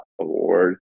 Award